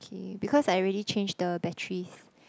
K because I already change the batteries